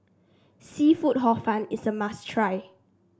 seafood Hor Fun is a must try